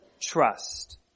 trust